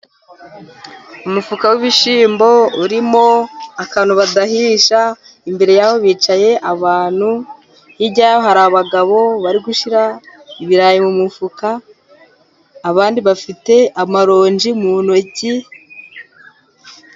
Umufuka w'ibishyimbo urimo akantu badahisha, imbere yaho hicaye abantu ,hirya hari abagabo bari gushyira ibirayi mu mufuka, abandi bafite amaronji mu ntoki.